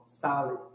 solid